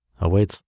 awaits